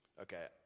okay